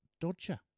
Dodger